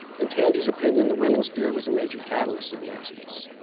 in tandy's opinion, the women's fear was a major catalyst of the exodus,